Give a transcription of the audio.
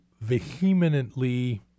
vehemently